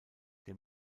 der